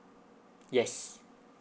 yes